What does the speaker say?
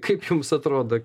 kaip jums atrodo